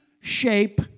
shape